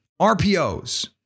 RPOs